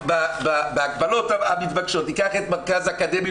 בהגבלות המתבקשות ניקח את מרכז האקדמי,